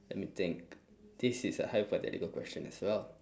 let me think this is a hypothetical question as well